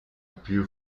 più